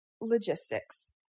logistics